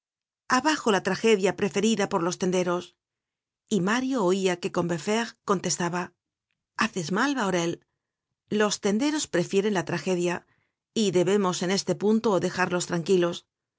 abajo la tragedia preferida por los tenderos y mario oia que combeferre contestaba haces mal bahorel los tenderos prefieren la tragedia y debemos en este punto dejarlos tranquilos